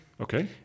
Okay